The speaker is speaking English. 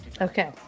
Okay